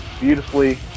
beautifully